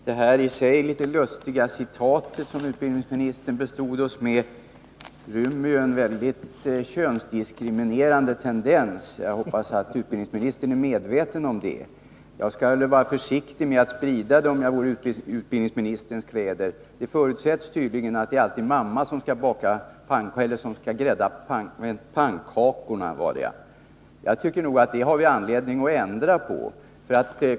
Herr talman! Det här i sig litet lustiga citatet som utbildningsministern bestod oss med rymmer en väldigt könsdiskriminerande tendens. Jag hoppas att utbildningsministern är medveten om det. Jag skulle vara försiktig med att sprida denna historia om jag vore i utbildningsministerns kläder. Det förutsätts tydligen att det alltid är mamma som skall grädda pannkakor. Jag tycker att vi har anledning att ändra på det.